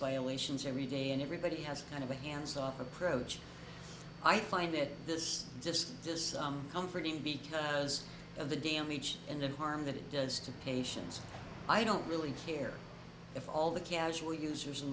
violations every day and everybody has kind of a hands off approach i find that there's just there's some comforting because of the damage and the harm that it does to patients i don't really care if all the casual users in